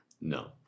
No